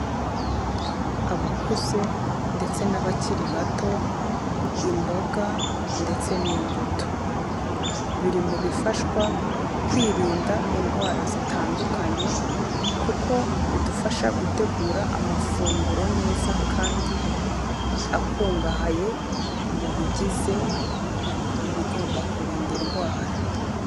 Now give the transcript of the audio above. Abakuze ndetse n'abakiri bato, imboga ndetse n'imbuto, biri mu bifashwa kwirinda indwara zitandukanye kuko bidufasha gutegura amafunguro neza kandi akungahaye mu bigize ibigomba kurinda indwara.